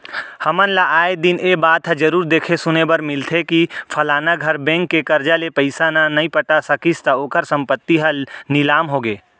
हमन ल आय दिन ए बात ह जरुर देखे सुने बर मिलथे के फलाना घर बेंक ले करजा ले पइसा न नइ पटा सकिस त ओखर संपत्ति ह लिलाम होगे